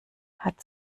hat